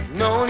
no